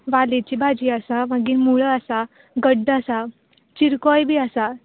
वालीची भाजी आसा मागीर मुळो आसा गड्डो आसा चिरकोय बी आसा